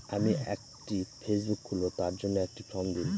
আমি একটি ফেসবুক খুলব তার জন্য একটি ফ্রম দিন?